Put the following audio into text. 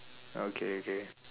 okay okay